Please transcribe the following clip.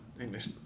English